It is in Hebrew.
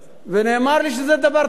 ונאמר לי שזה דבר טוב.